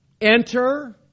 enter